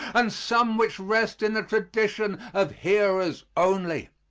and some which rest in the tradition of hearers only.